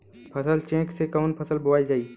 फसल चेकं से कवन फसल बोवल जाई?